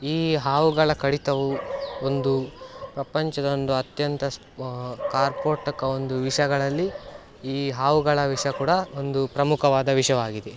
ಈ ಹಾವುಗಳ ಕಡಿತವು ಒಂದು ಪ್ರಪಂಚದ ಒಂದು ಅತ್ಯಂತ ಕಾರ್ಕೋಟಕ ಒಂದು ವಿಷಗಳಲ್ಲಿ ಈ ಹಾವುಗಳ ವಿಷ ಕೂಡ ಒಂದು ಪ್ರಮುಖವಾದ ವಿಷವಾಗಿದೆ